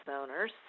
owners